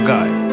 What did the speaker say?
God